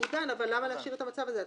הוא דן, אבל למה להשאיר את המצב הזה?